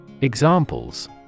Examples